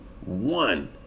One